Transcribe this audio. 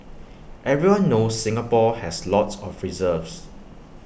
everyone knows Singapore has lots of reserves